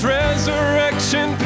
resurrection